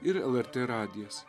ir lrt radijas